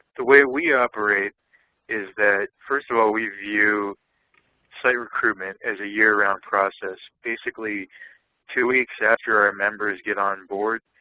the way we operate is that, first of all, we view site recruitment as a year-round process. basically two weeks after our members get on board,